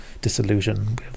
disillusion